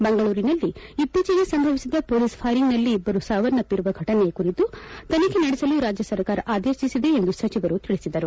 ಮಂಗಳೂರಿನಲ್ಲಿ ಇತ್ತೀಚಿಗೆ ಸಂಭವಿಸಿದ ಪೋಲೀಸ್ ಫೈರಿಂಗ್ನಲ್ಲಿ ಇಬ್ಲರು ಸಾವನ್ನಪ್ಪಿರುವ ಘಟನೆ ಕುರಿತು ತನಿಖೆ ನಡೆಸಲು ರಾಜ್ಯ ಸರ್ಕಾರ ಆದೇತಿಸಿದೆ ಎಂದು ಸಚಿವರು ತಿಳಿಸಿದರು